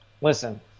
listen